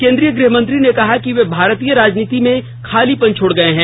केंद्रीय गृह मंत्री ने कहा कि वे भारतीय राजनीति में खालीपन छोड़ गए हैं